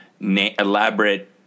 elaborate